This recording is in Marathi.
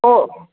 हो